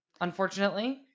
unfortunately